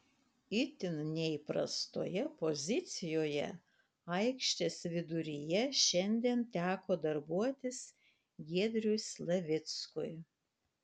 itin neįprastoje pozicijoje aikštės viduryje šiandien teko darbuotis giedriui slavickui